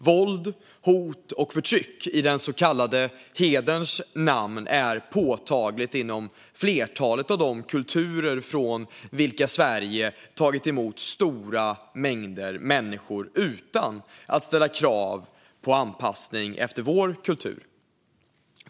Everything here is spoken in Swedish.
Våld, hot och förtryck i den så kallade hederns namn är påtagligt inom flertalet av de kulturer från vilka vi i Sverige har tagit emot stora mängder människor utan att ställa krav på anpassning till vår kultur.